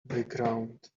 background